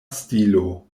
stilo